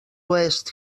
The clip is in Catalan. oest